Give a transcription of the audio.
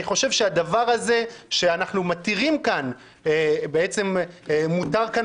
אני חושב שהדבר הזה שאנחנו מתירים כאן בעצם מותר כאן